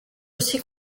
aussi